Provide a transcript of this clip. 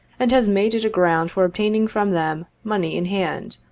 and has made it a ground for obtaining from them money in hand,